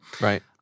Right